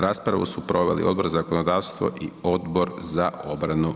Raspravu su proveli Odbor za zakonodavstvo i Odbor za obranu.